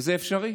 וזה אפשרי.